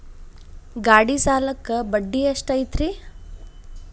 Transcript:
ಗಾಡಿ ಸಾಲಕ್ಕ ಬಡ್ಡಿ ಎಷ್ಟೈತ್ರಿ?